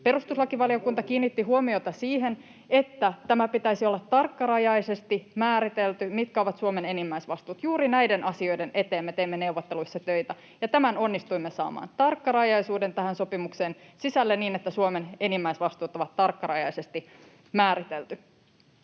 Perustuslakivaliokunta kiinnitti huomiota siihen, että pitäisi olla tarkkarajaisesti määritelty, mitkä ovat Suomen enimmäisvastuut. Juuri näiden asioiden eteen me teimme neuvotteluissa töitä, ja tämän onnistuimme saamaan, tarkkarajaisuuden tämän sopimuksen sisälle niin, että Suomen enimmäisvastuut on tarkkarajaisesti määritelty.